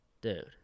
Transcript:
dude